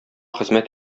хезмәт